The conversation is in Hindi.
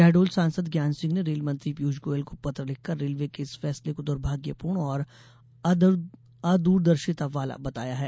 शहडोल सांसद ज्ञान सिंह ने रेल मंत्री पियूष गोयल को पत्र लिखकर रेलवे के इस फैसले को दुर्भाग्यपूर्ण और अद्रदर्शिता वाला बताया है